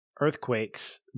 earthquakes